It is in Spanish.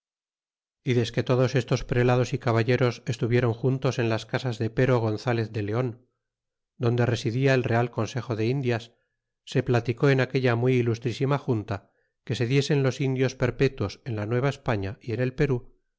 y desque todos estos prelados y caballeros estuvieron juntos en las casas de pero gonzalez de leon donde residia el real consejo de indias se platicó en aquella muy ilustrísima junta que se diesen los indios perpetuos en la nueva españa y en el perú